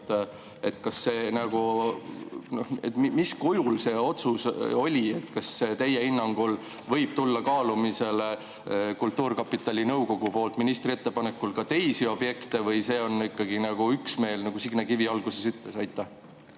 ei leidnud. Mis kujul see otsus oli? Kas teie hinnangul võib tulla kaalumisele kultuurkapitali nõukogu poolt ministri ettepanekul ka teisi objekte, või see on ikkagi üksmeel, nagu Signe Kivi alguses ütles? Aitäh,